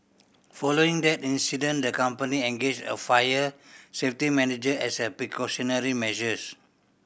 following that incident the company engaged a fire safety manager as a precautionary measures